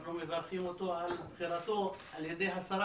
אנחנו מברכים אותו על בחירתו על ידי השרה